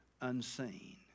unseen